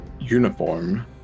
uniform